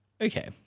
Okay